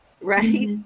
Right